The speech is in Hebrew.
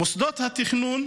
מוסדות התכנון